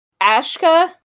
Ashka